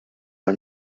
are